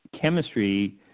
chemistry